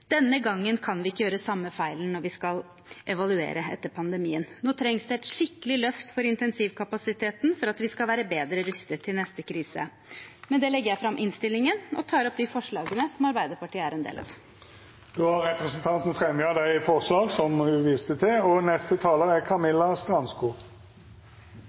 Denne gangen kan vi ikke gjøre samme feil når vi skal evaluere etter pandemien. Nå trengs det et skikkelig løft for intensivkapasiteten for at vi skal være bedre rustet til neste krise. Med det legger jeg fram innstillingen og tar opp de forslagene som Arbeiderpartiet er en del av. Representanten Tuva Moflag har teke opp dei forslaga ho refererte til. Helsetilstanden i Norge er